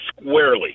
squarely